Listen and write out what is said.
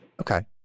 Okay